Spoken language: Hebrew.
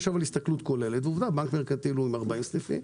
אבל יש הסתכלות כוללת ועובדה שבנק מרכנתיל הוא עם 40 סניפים.